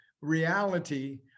reality